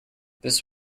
this